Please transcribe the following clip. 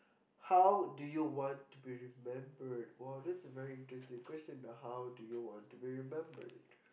how do you want to be remembered !wow! that is a very interesting question that how do you want to be remembered